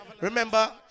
Remember